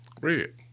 Red